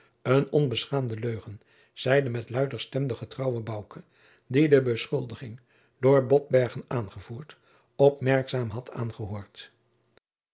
een onbeschaamde leugen zeide met luider stem de getrouwe bouke die de beschuldiging door botbergen aangevoerd opmerkzaam had aangehoord